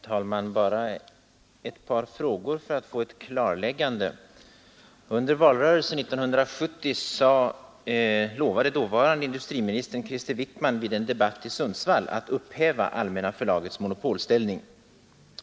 Herr talman! Bara ett par frågor för att få ett klarläggande. Under valrörelsen 1970 lovade dåvarande industriministern Krister Wickman vid en debatt i Sundsvall att upphäva Allmänna förlagets monopolställning.